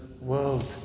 world